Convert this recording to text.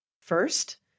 First